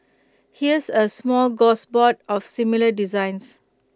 here's A smorgasbord of similar designs